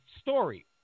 story